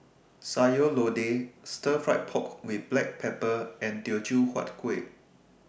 Sayur Lodeh Stir Fry Pork with Black Pepper and Teochew Huat Kueh